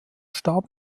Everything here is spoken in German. starb